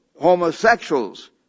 homosexuals